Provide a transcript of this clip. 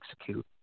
execute